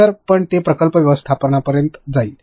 तर पण ते प्रकल्प व्यवस्थापनात जाईल